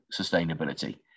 sustainability